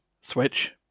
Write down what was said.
Switch